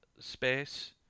space